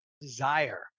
desire